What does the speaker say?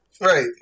Right